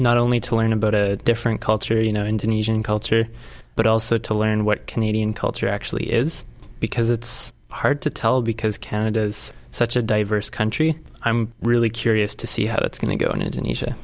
not only to learn about a different culture you know indonesian culture but also to learn what canadian culture actually is because it's hard to tell because canada is such a diverse country i'm really curious to see how it's going to go on in